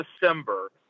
December